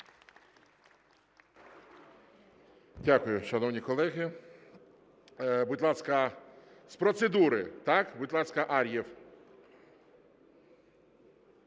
Дякую, шановні колеги. Будь ласка, з процедури. Так? Будь ласка, Ар'єв.